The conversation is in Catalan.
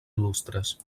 il·lustres